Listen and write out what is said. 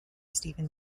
steven